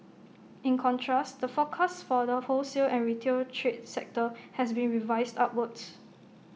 in contrast the forecast for the wholesale and retail trade sector has been revised upwards